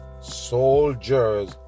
soldiers